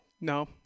no